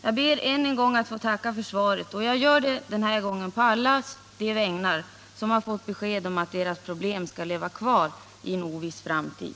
Jag ber att än en gång få tacka för svaret, och jag gör det den här gången på alla deras vägnar som har fått besked om att deras problem skall leva kvar i en oviss framtid.